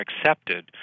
accepted